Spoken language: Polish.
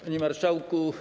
Panie Marszałku!